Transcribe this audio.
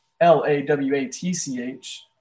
L-A-W-A-T-C-H